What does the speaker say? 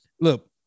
Look